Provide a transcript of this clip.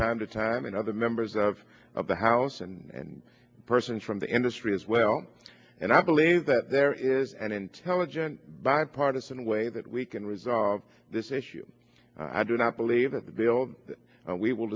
time to time and other members of the house and persons from the industry as well and i believe that there is an intelligent bipartisan way that we can resolve this issue i do not believe that the bill we w